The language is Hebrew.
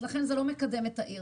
לכן זה לא מקדם את העיר.